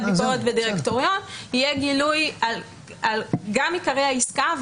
ביקורת ודירקטוריון - יהיה גילוי על עיקרי העסקה,